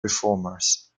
reformers